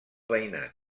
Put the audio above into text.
veïnat